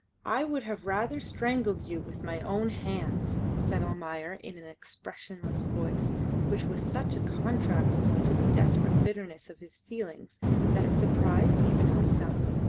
i would have rather strangled you with my own hands, said almayer, in an expressionless voice which was such a contrast to the desperate bitterness of his feelings that it surprised even himself.